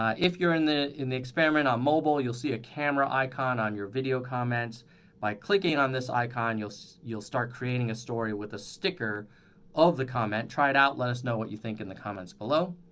ah if you're in the in the experiment on mobile, you'll see a camera icon on your video comments by clicking on this icon you'll so you'll start creating a story with a sticker of the comment. try it out, let us know what you think in the comments below.